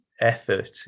effort